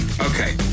Okay